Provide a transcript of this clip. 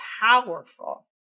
powerful